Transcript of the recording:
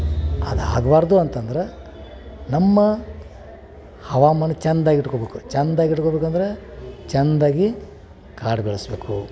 ಅದು ಆಗಬಾರ್ದು ಅಂತಂದ್ರೆ ನಮ್ಮ ಹವಾಮಾನ ಚಂದಾಗಿ ಇಟ್ಕೊಬೇಕು ಚಂದಾಗಿ ಇಟ್ಕೊಬೇಕಂದ್ರೆ ಚಂದಾಗಿ ಕಾಡು ಬೆಳೆಸಬೇಕು